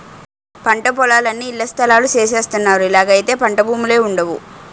పంటపొలాలన్నీ ఇళ్లస్థలాలు సేసస్తన్నారు ఇలాగైతే పంటభూములే వుండవు